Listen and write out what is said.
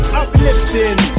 uplifting